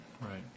Right